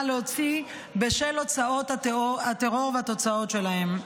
להוציא בשל הוצאות הטרור והתוצאות שלהם.